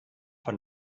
von